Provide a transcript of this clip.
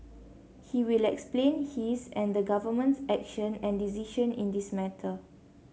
he will explain his and the Government's action and decision in this matter